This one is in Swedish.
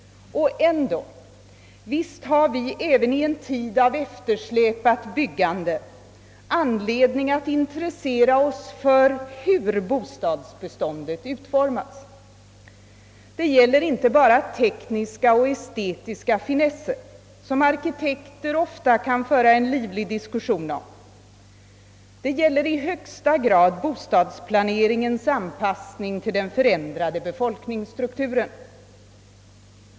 Men ändå, visst har vi även i en tid av eftersläpning i fråga om byggandet anledning att in tressera oss för hur bostadsbeståndet blir utformat. Det gäller inte bara tekniska och estetiska finesser, som arkitekter ofta kan föra livliga diskussioner om, utan det gäller i högsta grad bostadsplaneringens anpassning till den förändrade befolkningsstrukturen.